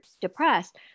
depressed